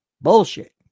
bullshit